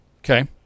Okay